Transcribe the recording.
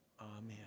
Amen